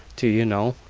do you know?